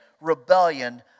rebellion